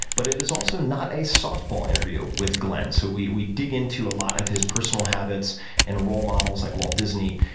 but it is also not a softball interview with glenn. so we we dig into a lot of his personal habits and role models like walt disney,